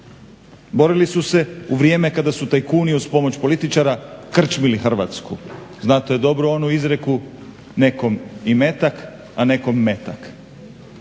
borili su se u vrijeme kada su tajkuni uz pomoć političara krčmili Hrvatsku. Znate dobro onu izreku "nekom imetak, a nekom metak".